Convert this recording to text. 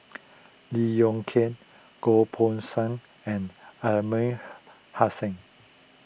Lee Yong Kiat Goh Poh Seng and Aliman Hassan